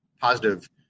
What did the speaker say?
positive